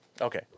Okay